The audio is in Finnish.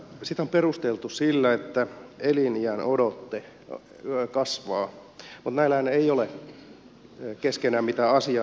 sitä on perusteltu sillä että eliniänodote kasvaa mutta näillähän ei ole keskenään mitään asiayhteyttä